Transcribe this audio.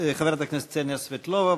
חברת הכנסת קסניה סבטלובה,